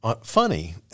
funny